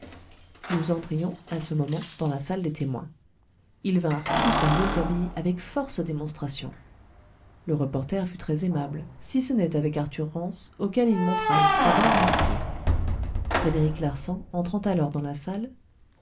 nous entrions à ce moment dans la salle des témoins ils vinrent tous à rouletabille avec force démonstrations le reporter fut très aimable si ce n'est avec arthur rance auquel il montra une froideur marquée frédéric larsan entrant alors dans la salle